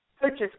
purchase